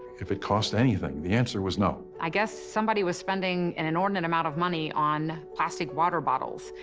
if it cost anything, the answer was no. i guess somebody was spending an inordinate amount of money on plastic water bottles,